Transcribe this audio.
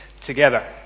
together